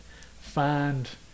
find